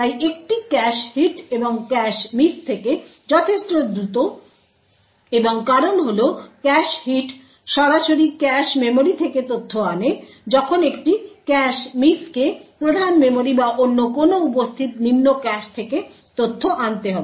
তাই একটি cache hit একটি ক্যাশ মিস থেকে যথেষ্ট দ্রুত এবং কারণ হল ক্যাশে হিট সরাসরি ক্যাশে মেমরি থেকে তথ্য আনে যখন একটি ক্যাশে মিসকে প্রধান মেমরি বা অন্য কোনও উপস্থিত নিম্ন ক্যাশ থেকে তথ্য আনতে হবে